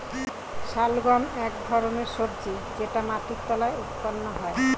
শালগম এক ধরনের সবজি যেটা মাটির তলায় উৎপন্ন হয়